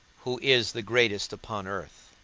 who is the greatest upon earth.